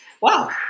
wow